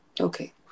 okay